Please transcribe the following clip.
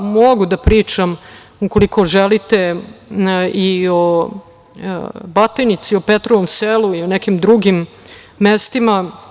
Mogu da pričam, ukoliko želite, i o Batajnici, o Petrovom selu i nekim drugim mestima.